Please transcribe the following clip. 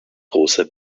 großer